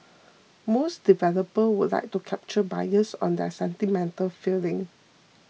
most developer would like to capture buyers on their sentimental feeling